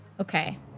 Okay